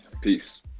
Peace